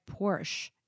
Porsche